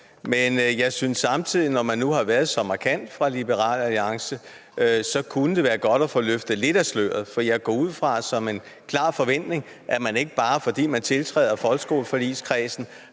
Men jeg synes samtidig, at når man nu har været så markant fra Liberal Alliances side, så kunne det være godt at få løftet lidt af sløret. For jeg går ud fra og har en klar forventning om, at man ikke bare, fordi man tiltræder folkeskoleforligskredsen,